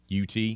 UT